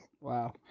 wow